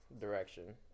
direction